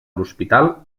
l’hospital